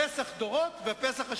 פסח דורות ופסח השלישי.